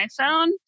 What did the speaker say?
iPhone